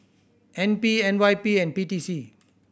N P N Y P and P T C